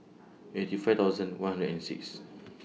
eighty five thousand one hundred and six